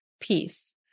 peace